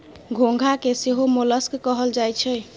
घोंघा के सेहो मोलस्क कहल जाई छै